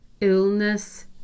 Illness